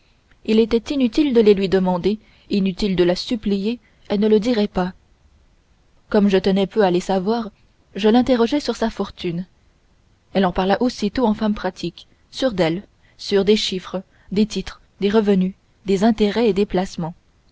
il était inutile de les lui demander inutile de la supplier elle ne le dirait pas comme je tenais peu à les savoir je l'interrogeai sur sa fortune elle en parla aussitôt en femme pratique sûre d'elle sûre des chiffres des titres des revenus des intérêts et